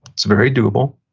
that's very doable,